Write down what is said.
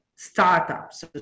Startups